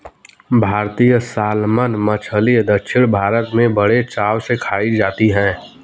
भारतीय सालमन मछली दक्षिण भारत में बड़े चाव से खाई जाती है